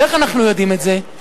ואיך אנחנו יודעים את זה?